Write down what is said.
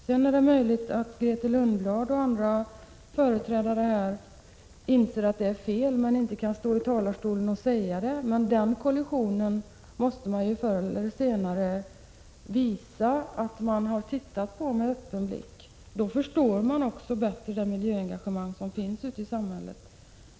Det är möjligt att Grethe Lundblad och andra ledamöter inser att detta är en felaktig inriktning men inte kan säga det från denna talarstol. Förr eller senare måste man dock visa att man ser med öppen blick på denna konflikt. Det är min fasta övertygelse att man, om man gör det, också bättre förstår det miljöengagemang som förekommer ute i samhället.